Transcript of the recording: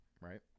right